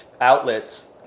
outlets